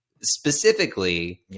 Specifically